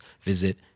visit